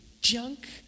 junk